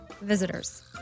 Visitors